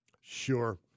Sure